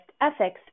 ethics